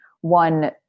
One